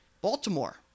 Baltimore